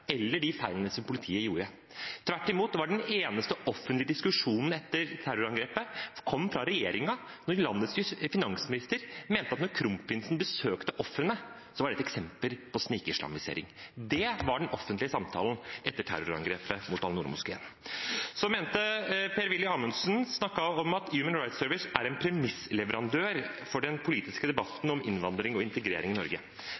politiet gjorde. Tvert imot var den eneste offentlige diskusjonen etter terrorangrepet den som kom fra regjeringen da landets finansminister mente at når kronprinsen besøkte ofrene, så var det et eksempel på snikislamisering. Det var den offentlige samtalen etter terrorangrepet mot Al-Noor-moskeen. Så snakket Per-Willy Amundsen om at Human Rights Service er en premissleverandør for den politiske debatten om innvandring og integrering i Norge.